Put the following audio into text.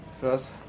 first